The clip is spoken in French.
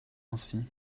ainsi